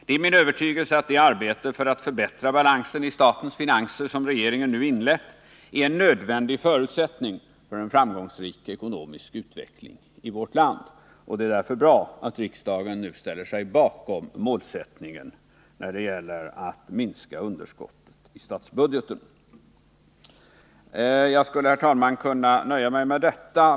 Det är min övertygelse att det arbete för att förbättra balansen istatens finanser som regeringen inlett är en nödvändig förutsättning för en framgångsrik ekonomisk utveckling i vårt land, och det är därför bra att riksdagen nu ställer sig bakom målsättningen när det gäller att minska underskottet i statsbudgeten. Jag skulle, herr talman, kunna nöja mig med detta.